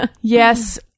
Yes